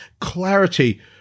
clarity